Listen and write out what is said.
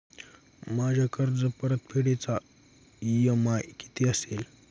माझ्या कर्जपरतफेडीचा इ.एम.आय किती असेल?